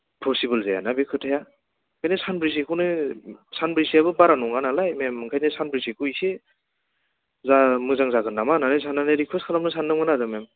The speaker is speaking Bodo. पसिबोल जायाना बे खोथाया बे सानब्रैसोखौनो सानब्रैसोआथ' बारा नङानालाय मेम ओंखायनो सानब्रैसोखौ इसे जा मोजां जागोन नामा होनना साननानै रिकुवेस्ट खालामनो सान्दोंमोन आरो मेम